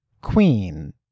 Queen